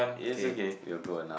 is okay we're good enough